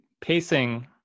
pacing